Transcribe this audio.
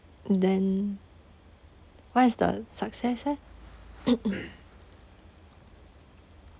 then what is the success eh